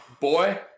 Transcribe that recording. Boy